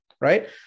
Right